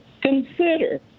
consider